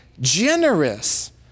generous